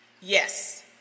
Yes